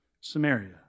Samaria